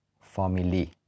Family